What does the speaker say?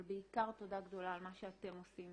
אבל בעיקר תודה גדולה על מה שאתם עושים